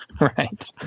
right